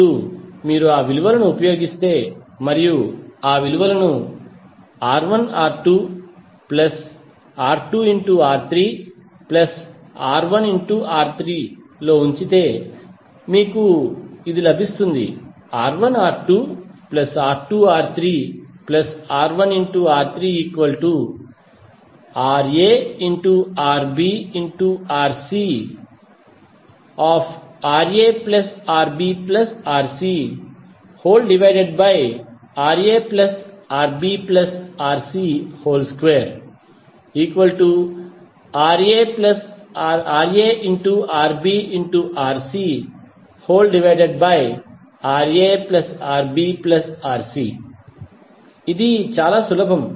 ఇప్పుడు మీరు ఆ విలువలను ఉపయోగిస్తే మరియు ఆ విలువలను R1R2R2R3R1R3 లో ఉంచితే మీకు ఇది లభిస్తుంది R1R2R2R3R1R3RaRbRcRaRbRcRaRbRc2RaRbRcRaRbRc ఇది చాలా సులభం